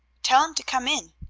tell him to come in,